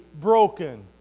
broken